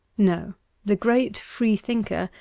no the great freethinker,